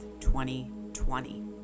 2020